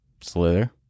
Slither